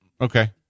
Okay